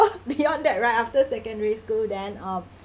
beyond that right after secondary school then um